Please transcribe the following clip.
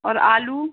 और आलू